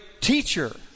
teacher